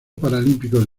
paralímpicos